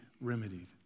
remedied